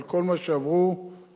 על כל מה שעברו אבותינו,